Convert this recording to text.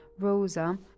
Rosa